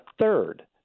third